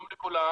שלום לכולם.